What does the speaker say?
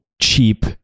cheap